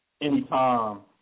Anytime